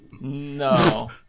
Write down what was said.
no